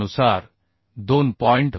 कोडनुसार 2